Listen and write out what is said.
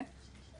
כן.